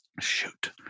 shoot